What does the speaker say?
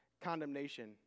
condemnation